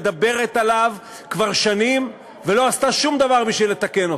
מדברת עליו כבר שנים ולא עשתה שום דבר בשביל לתקן אותו: